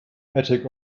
attic